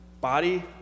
body